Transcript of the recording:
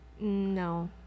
No